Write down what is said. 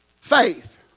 faith